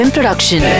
Production